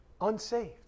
unsaved